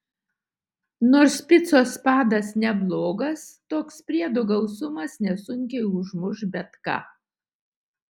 nors picos padas neblogas toks priedų gausumas nesunkiai užmuš bet ką